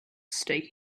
stay